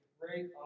great